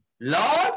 Lord